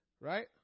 Right